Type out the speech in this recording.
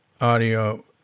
audio